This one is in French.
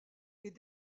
est